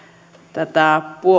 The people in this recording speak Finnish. tätä